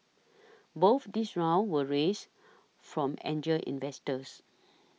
both these rounds were raised from angel investors